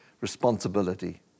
responsibility